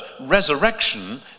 resurrection